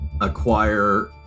acquire